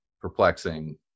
perplexing